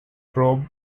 probe